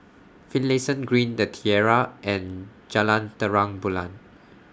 Finlayson Green The Tiara and Jalan Terang Bulan